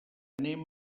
anem